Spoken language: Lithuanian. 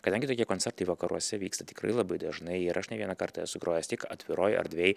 kadangi tokie koncertai vakaruose vyksta tikrai labai dažnai ir aš ne vieną kartą esu grojęs tiek atviroj erdvėj